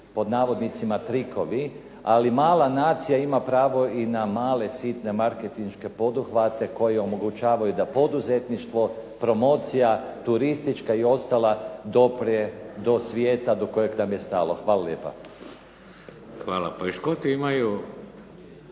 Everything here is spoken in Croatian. mali marketinški "trikovi", ali mala nacija ima pravo i na male sitne marketinške poduhvate koji omogućavaju da poduzetništvo promocija turistička i ostala doprije do svijeta do kojeg nam je stalo. Hvala lijepa. **Šeks, Vladimir